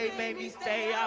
made me stay,